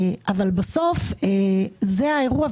בסוף זה האירוע,